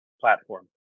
platform